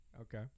Okay